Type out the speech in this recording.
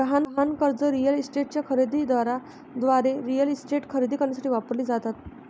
गहाण कर्जे रिअल इस्टेटच्या खरेदी दाराद्वारे रिअल इस्टेट खरेदी करण्यासाठी वापरली जातात